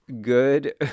Good